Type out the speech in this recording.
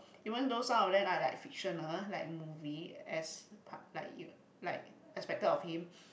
even though some of them are like fictional like movie as part like you like expected of him